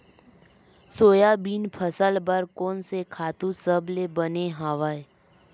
Soybean फसल बर कोन से खातु सबले बने हवय?